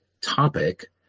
topic